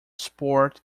sport